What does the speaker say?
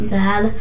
dad